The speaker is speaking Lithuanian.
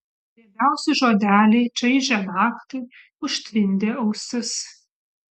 riebiausi žodeliai čaižė naktį užtvindė ausis